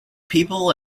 people